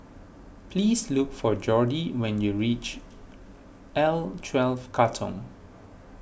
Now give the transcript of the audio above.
please look for Jordi when you reach L twelve Katong